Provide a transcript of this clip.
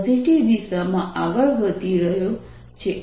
તે પોઝિટિવ દિશામાં આગળ વધી રહ્યો છે